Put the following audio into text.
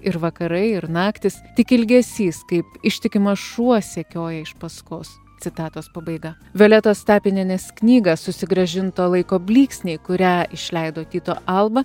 ir vakarai ir naktys tik ilgesys kaip ištikimas šuo sekioja iš paskos citatos pabaiga violetos tapinienės knygą susigrąžinta laiko blyksniai kurią išleido tyto alba